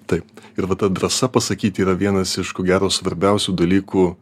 taip ir va ta drąsa pasakyti yra vienas iš ko gero svarbiausių dalykų